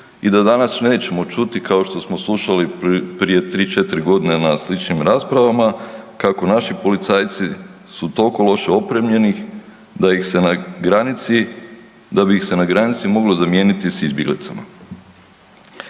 i da danas nećemo čuti, kao što smo slušali prije 3, 4 godine na sličnim raspravama, kako naši policajci su toliko loše opremljeni da ih se na granici, da bi ih se na granici moglo zamijeniti s izbjeglicama.